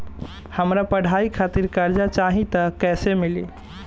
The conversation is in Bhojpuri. हमरा पढ़ाई खातिर कर्जा चाही त कैसे मिली?